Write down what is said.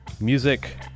Music